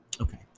Okay